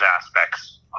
aspects